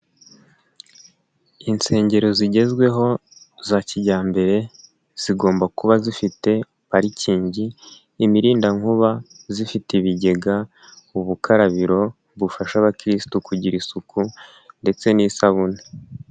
Insengero zigezweho za kijyambere zigomba kuba zifite: parikingi, imirindankuba, zifite ibigega, ubukarabiro bufasha abakirisitu kugira isuku ndetse n'isabune.